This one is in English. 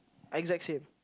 exact same